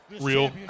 real